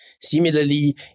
Similarly